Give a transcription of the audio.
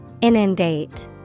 Inundate